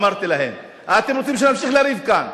אמרתי להם: אתם רוצים שנמשיך לריב כאן.